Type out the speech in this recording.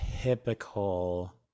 typical